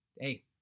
Hey